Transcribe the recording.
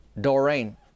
Doreen